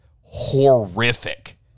horrific